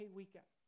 weekend